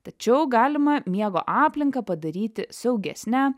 tačiau galima miego aplinką padaryti saugesnę